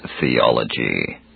Theology